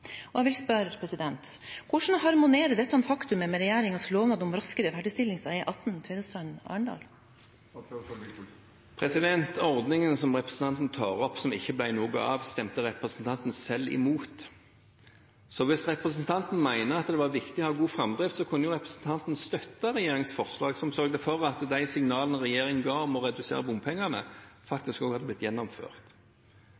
av. Jeg vil spørre: Hvordan harmonerer dette faktumet med regjeringens lovnad om raskere ferdigstillelse av E18 Tvedestrand–Arendal? Ordningen som representanten tar opp, som ikke ble noe av, stemte representanten selv imot. Hvis representanten mener at det var viktig å ha god framdrift, kunne jo representanten støttet regjeringens forslag, som sørget for at de signalene regjeringen ga om å redusere bompengene,